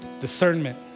Discernment